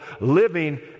living